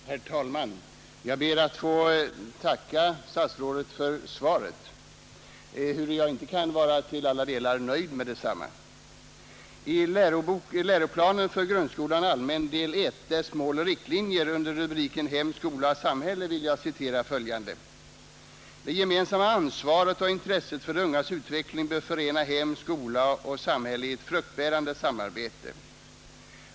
Herr talman! Jag ber att få tacka utbildningsministern för svaret, ehuru jag inte kan vara nöjd med det. Ur läroplanen för grundskolan allmän del 1, dess mål och riktlinjer, under rubriken Hem, skola och samhälle vill jag citera följande: ”Det gemensamma ansvaret och intresset för de ungas utveckling bör förena hem, skola och samhälle i ett fruktbärande samarbete.